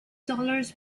dollars